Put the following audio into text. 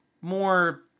more